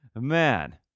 man